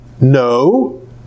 No